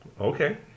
Okay